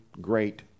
great